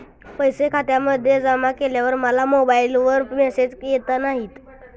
पैसे खात्यामध्ये जमा केल्यावर मला मोबाइलवर मेसेज येत नाही?